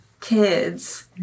kids